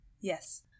Yes